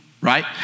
Right